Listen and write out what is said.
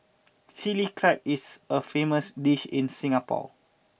Chilli Crab is a famous dish in Singapore